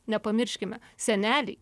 nepamirškime seneliai